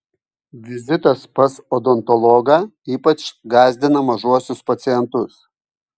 vizitas pas odontologą ypač gąsdina mažuosius pacientus